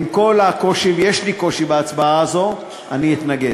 עם כל הקושי, ויש לי קושי בהצבעה הזאת, אני אתנגד.